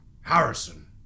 Harrison